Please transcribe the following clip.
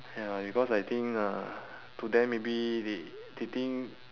ya because I think uh to them maybe they they think